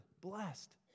blessed